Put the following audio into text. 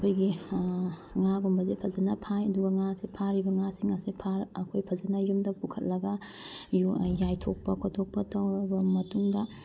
ꯑꯩꯈꯣꯏꯒꯤ ꯉꯥꯒꯨꯝꯕꯁꯦ ꯐꯖꯅ ꯐꯥꯏ ꯑꯗꯨꯒ ꯉꯥꯁꯦ ꯐꯥꯔꯤꯕ ꯉꯥꯁꯤ ꯉꯥꯁꯦ ꯑꯩꯈꯣꯏ ꯐꯖꯅ ꯌꯨꯝꯗ ꯄꯨꯈꯠꯂꯒ ꯌꯥꯏꯊꯣꯛꯄ ꯈꯣꯇꯣꯛꯄ ꯇꯧꯔꯕ ꯃꯇꯨꯡꯗ